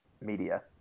media